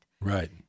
Right